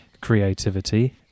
creativity